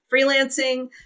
freelancing